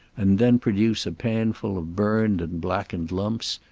and then produce a panfull of burned and blackened lumps,